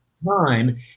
time